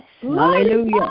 Hallelujah